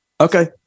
Okay